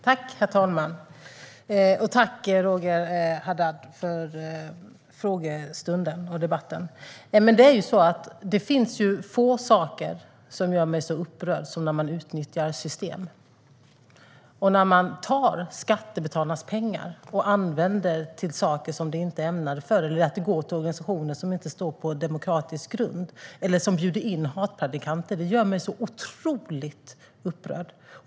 Herr talman! Tack, Roger Haddad, för frågan och debatten! Det finns få saker som gör mig så upprörd som när man utnyttjar system. Att man tar skattebetalarnas pengar och använder dem till saker som de inte är ämnade för eller att de går till organisationer som inte står på en demokratisk grund eller som bjuder in hatpredikanter gör mig så otroligt upprörd.